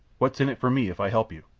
wot's in it for me if i help you?